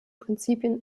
prinzipien